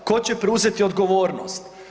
Tko će preuzeti odgovornost?